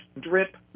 drip